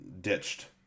ditched